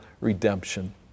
redemption